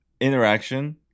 interaction